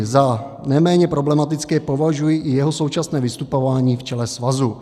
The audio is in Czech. Za neméně problematické považuji i jeho současné vystupování v čele svazu.